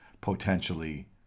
potentially